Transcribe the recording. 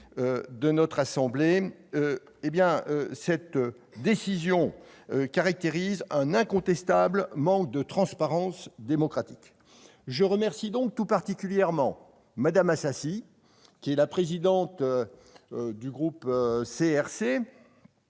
de notre assemblée, caractérise un incontestable manque de transparence démocratique. Je remercie donc tout particulièrement Mme Assassi, présidente du groupe CRCE,